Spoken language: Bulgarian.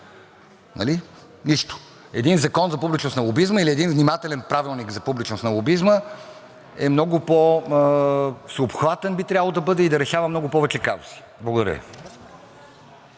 нали? Нищо. Един Закон за публичност на лобизма или един внимателен Правилник за публичност на лобизма е много по всеобхватен – би трябвало да бъде и да решава много повече казуси. Благодаря